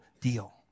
deal